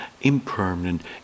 impermanent